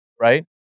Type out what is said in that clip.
right